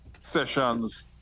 sessions